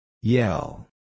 Yell